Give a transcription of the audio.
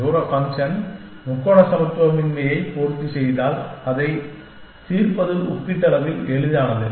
தூர ஃபங்க்ஷன் முக்கோண சமத்துவமின்மையை பூர்த்திசெய்தால் அதைத் தீர்ப்பது ஒப்பீட்டளவில் எளிதானது